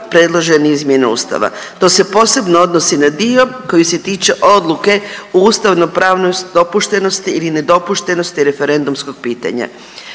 predložene izmjene Ustava. To se posebno odnosi na dio koji se tiče odluke o ustavnopravnoj dopuštenosti ili nedopuštenosti referendumskog pitanja.